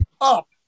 up